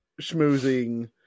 schmoozing